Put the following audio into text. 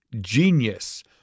genius